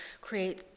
create